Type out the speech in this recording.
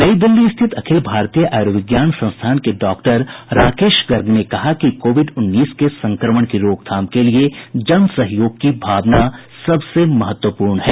नई दिल्ली स्थित अखिल भारतीय आयुर्विज्ञान संस्थान के डॉक्टर राकेश गर्ग ने कहा कि कोविड उन्नीस के संक्रमण की रोकथाम के लिए जनसहयोग की भूमिका महत्वपूर्ण है